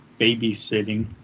babysitting